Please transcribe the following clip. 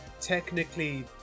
technically